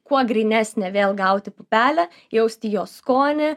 kuo grynesnę vėl gauti pupelę jausti jos skonį